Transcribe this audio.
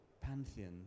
pantheon